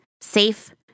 safe